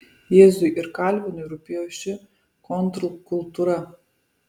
jėzui ir kalvinui rūpėjo ši kontrkultūra